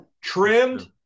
trimmed